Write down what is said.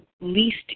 least